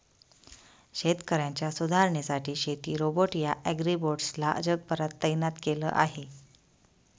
शेतकऱ्यांच्या सुधारणेसाठी शेती रोबोट या ॲग्रीबोट्स ला जगभरात तैनात केल आहे